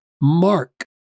mark